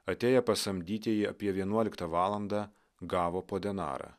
atėję pasamdytieji apie vienuoliktą valandą gavo po denarą